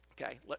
okay